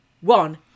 one